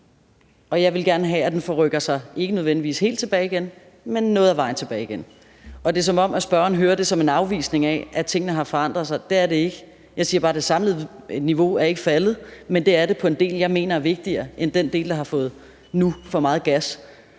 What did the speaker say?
at jeg gerne vil have, at den forrykker sig ikke nødvendigvis helt tilbage igen, men noget af vejen tilbage igen. Det er, som om spørgeren hører det som en afvisning af, at tingene har forandret sig. Det er det ikke. Jeg siger bare, at det samlede niveau ikke er faldet, men det er det på en del, jeg mener er vigtigere end den del, der nu har fået for meget gas.